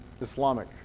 Islamic